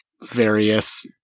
various